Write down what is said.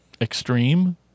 extreme